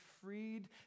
freed